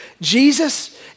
Jesus